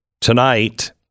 Tonight